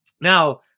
Now